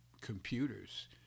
computers